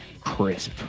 Crisp